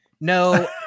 No